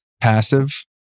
passive